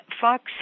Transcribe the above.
Fox